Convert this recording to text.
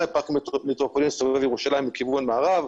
כמו פארק מטרופולין סובב לכיוון מערב,